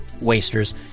wasters